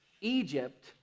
Egypt